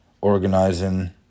organizing